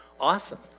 awesome